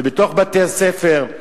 בתוך בתי-ספר,